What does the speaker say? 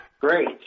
Great